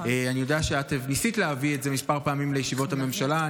אני יודע שאת ניסית להביא את זה כמה פעמים לישיבות הממשלה.